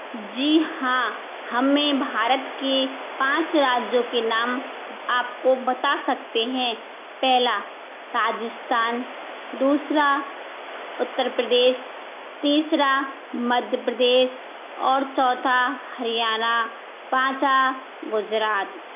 जी हाँ हमें भारत के पाँच राज्यों के नाम आपको बता सकते हैं पहला राजस्थान दूसरा उत्तर प्रदेश तीसरा मध्य प्रदेश और चौथा हरियाणा पाँचवाँ गुजरात